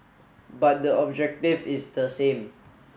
but the objective is the same